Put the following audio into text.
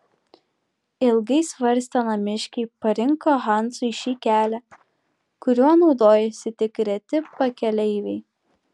ilgai svarstę namiškiai parinko hansui šį kelią kuriuo naudojosi tik reti pakeleiviai